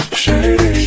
shady